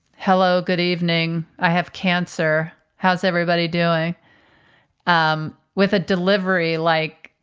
hello. good evening. i have cancer. how's everybody doing um with a delivery like,